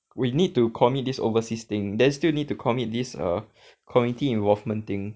we need to commit this overseas thing then still need to commit this err community involvement thing